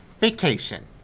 Vacation